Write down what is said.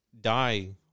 die